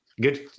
Good